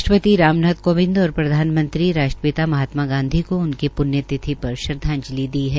राष्ट्रपति राम नाथ कोविंद और प्रधानमंत्री ने राष्ट्रपिता महात्मा गांधी को उनकी प्ण्यतिथि पर श्रदवाजंलि दी है